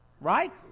Right